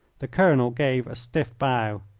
the colonel gave a stiff bow.